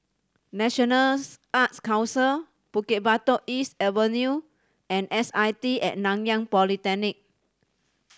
National Arts Council Bukit Batok East Avenue and S I T At Nanyang Polytechnic